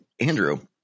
Andrew